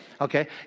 okay